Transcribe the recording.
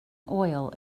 oil